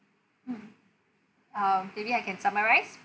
mm um maybe I can summarise